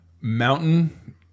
Mountain